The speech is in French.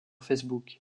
facebook